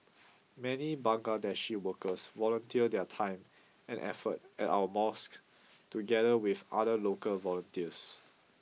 many Bangladeshi workers volunteer their time and effort at our mosques together with other local volunteers